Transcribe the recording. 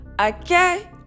Okay